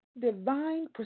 divine